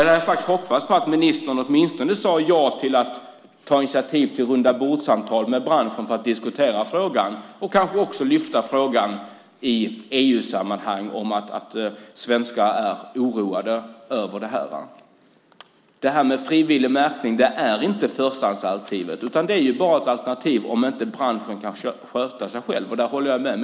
Jag hade faktiskt hoppats på att ministern åtminstone sade ja till att ta initiativ till rundabordssamtal med branschen för att diskutera frågan och kanske också lyfta frågan i EU-sammanhang om att svenskar är oroade över det här. Frivillig märkning är inte förstahandsalternativet, utan det är bara ett alternativ om inte branschen kan sköta sig själv. Där håller jag med.